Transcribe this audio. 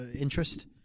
Interest